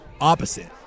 opposite